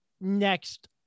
next